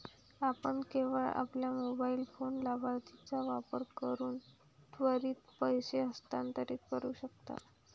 आपण केवळ आपल्या मोबाइल फोन लाभार्थीचा वापर करून त्वरित पैसे हस्तांतरित करू शकता